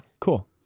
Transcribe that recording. Cool